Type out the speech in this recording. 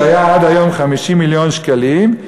שהיה עד היום 50 מיליון שקלים,